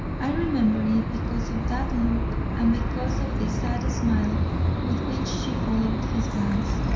i remember it because of that look and because of the sad smile with which she followed his glance.